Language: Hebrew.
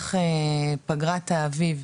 במהלך פגרת האביב,